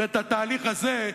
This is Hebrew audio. ואת התהליך הזה,